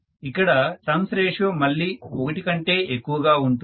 ఇక్కడ turns ratio మళ్ళీ 1 కంటే ఎక్కువగా ఉంటుంది